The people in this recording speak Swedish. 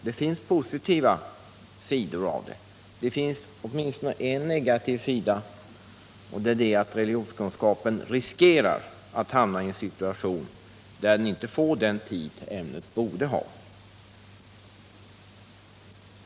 Det finns positiva sidor, och det finns åtminstone en negativ sida: religionskunskapen riskerar att inte få den tid ämnet borde ha.